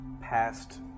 past